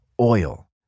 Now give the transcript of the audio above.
oil